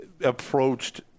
approached